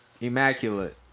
immaculate